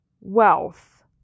wealth